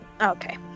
Okay